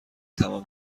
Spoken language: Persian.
تمام